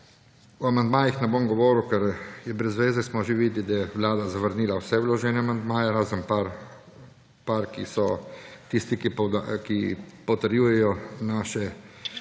o amandmajih ne bom govoril, ker je brez veze, smo že videli, da je Vlada zavrnila vse vložene amandmaje, razen par tistih, ki potrjujejo naše vedenje,